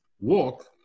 walk